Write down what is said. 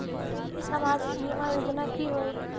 सामाजिक बीमा योजना की होय?